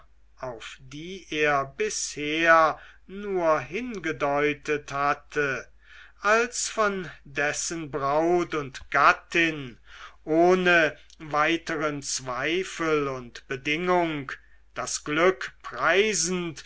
auf die er bisher nur hingedeutet hatte als von dessen braut und gattin ohne weiteren zweifel und bedingung das glück preisend